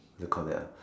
what do you call that ah